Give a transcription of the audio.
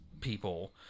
people